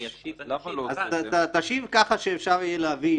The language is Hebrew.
אני אשיב -- אז תשיב ככה שאפשר יהיה להבין